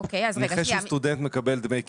למעט נכה בעל דרגת נכות מיוחדת,